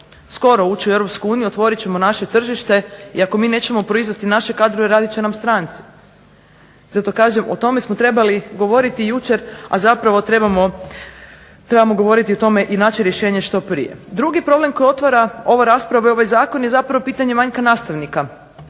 skoro ući u EU, otvorit ćemo naše tržište i ako mi nećemo proizvesti naše kadrove radit će nam stranci. Zato kažem o tome smo trebali govoriti jučer, a zapravo trebamo govoriti o tome i naći rješenje što prije. Drugi problem koji otvara ovu raspravu i ovaj zakon je pitanje manjka nastavnika